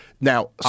now-